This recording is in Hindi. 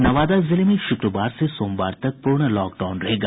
नवादा जिले में शुक्रवार से सोमवार तक पूर्ण लॉकडाउन रहेगा